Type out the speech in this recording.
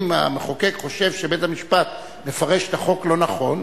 אם המחוקק חושב שבית-המשפט מפרש את החוק לא נכון,